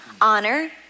honor